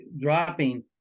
dropping